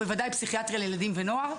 ובוודאי פסיכיאטריה לילדים ונוער.